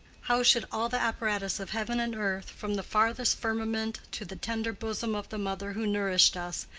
how should all the apparatus of heaven and earth, from the farthest firmament to the tender bosom of the mother who nourished us,